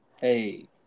hey